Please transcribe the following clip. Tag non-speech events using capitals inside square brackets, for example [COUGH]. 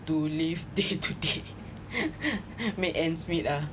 to live day to day [LAUGHS] make ends meet ah